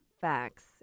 Facts